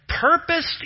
purposed